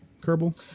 Kerbal